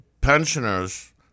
pensioners